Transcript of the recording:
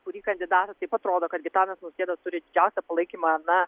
kurį kandidatą taip atrodo kad gitanas nausėda turi didžiausią palaikymą na